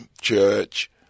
church